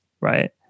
right